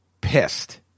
pissed